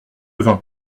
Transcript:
vin